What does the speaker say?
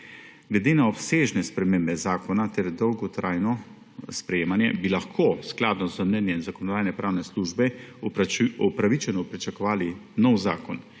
Glede na obsežne spremembe zakona ter dolgotrajno sprejemanje bi lahko skladno z mnenjem Zakonodajno-pravne službe upravičeno pričakovali nov zakon,